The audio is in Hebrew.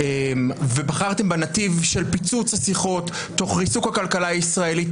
בחרתם בנתיב של פיצוץ השיחות תוך ריסוק הכלכלה הישראלית,